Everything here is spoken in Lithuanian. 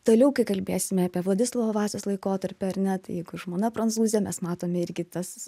toliau kai kalbėsime apie vladislovo vazos laikotarpį ar ne tai jeigu žmona prancūzė mes matome irgi tas